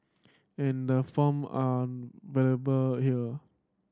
and the form are available here